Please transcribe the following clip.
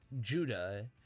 Judah